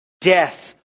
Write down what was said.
Death